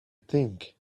think